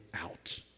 out